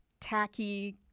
tacky